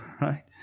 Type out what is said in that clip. right